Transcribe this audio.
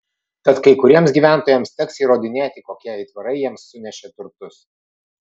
tad kai kuriems gyventojams teks įrodinėti kokie aitvarai jiems sunešė turtus